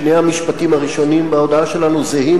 שני המשפטים הראשונים בהודעה שלנו זהים